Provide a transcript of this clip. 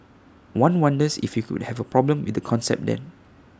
one wonders if he would have A problem with the concept then